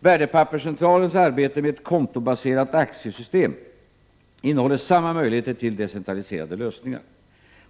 Värdepapperscentralens arbete med ett kontobaserat aktiesystem inehåller samma möjligheter till decentraliserade lösningar.